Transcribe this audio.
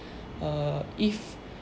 err if